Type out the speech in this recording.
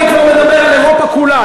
אני כבר מדבר על אירופה כולה,